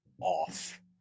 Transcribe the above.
off